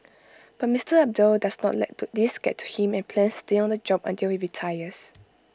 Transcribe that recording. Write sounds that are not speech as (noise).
but Mister Abdul does not let (unintelligible) these get to him and plans to stay on the job until he retires